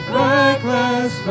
reckless